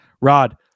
Rod